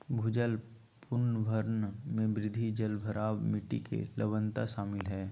भूजल पुनर्भरण में वृद्धि, जलभराव, मिट्टी के लवणता शामिल हइ